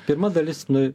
pirma dalis nu